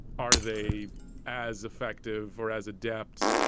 are they as effective or as adept?